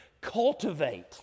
cultivate